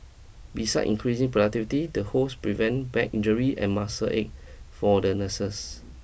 besides increasing productivity the hoists prevent back injury and muscle ache for the nurses